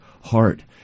heart